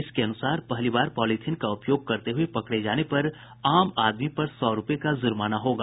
इसके अनुसार पहली बार पॉलीथिन का उपयोग करते हये पकड़े जाने पर आम आदमी पर सौ रूपये का जुर्माना होगा